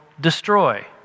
destroy